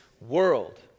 world